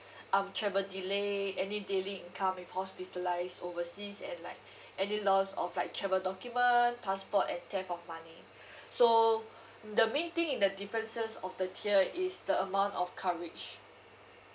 um travel delay any daily income if hospitalised overseas and like any loss of like travel document passport and theft of money so the main thing in the differences of the tier is the amount of coverage